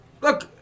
Look